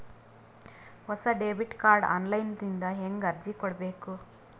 ಹೊಸ debit card online ದಿಂದ ಹೇಂಗ ಅರ್ಜಿ ಕೊಡಬೇಕು?